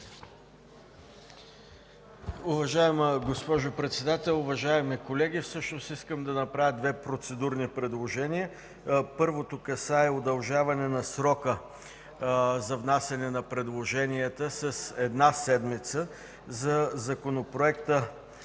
Уважаема госпожо Председател, уважаеми колеги, всъщност искам да направя две процедурни предложения. Първото касае удължаване на срока с една седмица за внасяне на предложенията по Законопроекта